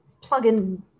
plug-in